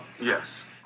yes